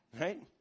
Right